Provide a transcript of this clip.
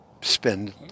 spend